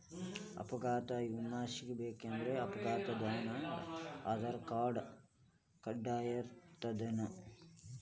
ಅಪಘಾತ್ ವಿಮೆ ಸಿಗ್ಬೇಕಂದ್ರ ಅಪ್ಘಾತಾದೊನ್ ಆಧಾರ್ರ್ಕಾರ್ಡ್ ಕಡ್ಡಾಯಿರ್ತದೇನ್?